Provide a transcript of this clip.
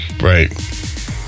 Right